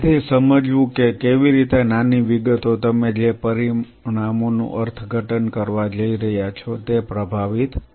તેથી સમજવું કે કેવી રીતે નાની વિગતો તમે જે પરિણામોનું અર્થઘટન કરવા જઈ રહ્યા છો તે પ્રભાવિત કરશે